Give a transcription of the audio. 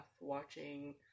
watching